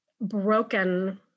broken